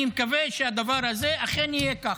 אני מקווה שאכן יהיה כך,